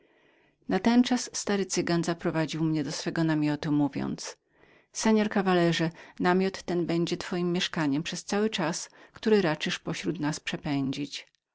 natenczas stary cygan zaprowadził mnie do swego namiotu mówiąc oto jest twoje mięszkanie przez cały czas który raczysz pośród nas przepędzić